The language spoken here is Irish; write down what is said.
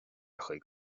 chuig